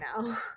now